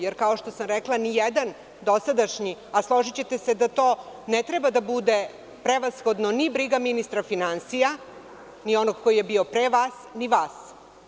Jer, kao što sam rekla, ni jedan dosadašnji, a složićete se da to ne treba da bude prevashodno ni briga ministra finansija, ni onog koji je bio pre vas, ni vas.